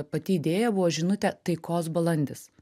pati idėja buvo žinutė taikos balandis